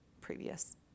previous